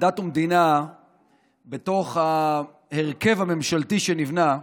דת ומדינה בתוך ההרכב הממשלתי שנבנה,